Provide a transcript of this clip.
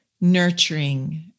nurturing